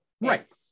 right